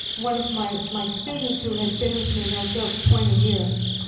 one of my my students who has been with me, no joke, twenty years.